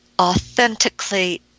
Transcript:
authentically